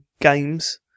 games